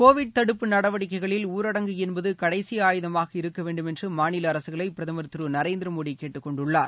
Covid தடுப்பு நடவடிக்கைகளில் ஊரடங்கு என்பது கடைசி ஆயுதமாக இருக்க வேண்டும் என்று மாநில அரசுகளை பிரதமர் திரு நரேந்திர மோடி கேட்டுக்கொண்டுள்ளார்